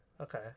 okay